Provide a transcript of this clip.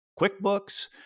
QuickBooks